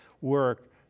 work